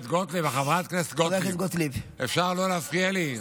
חברת הכנסת גוטליב, אפשר לא להפריע לי?